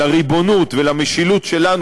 לריבונות ולמשילות שלנו,